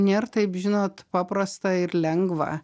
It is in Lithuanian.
nėr taip žinot paprasta ir lengva